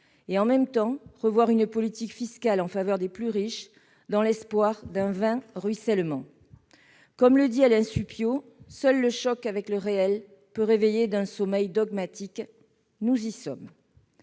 en même temps, une politique fiscale en faveur des plus riches dans l'espoir d'un vain « ruissellement ». Comme le dit Alain Supiot, « seul le choc avec le réel peut réveiller d'un sommeil dogmatique ». Nous y sommes.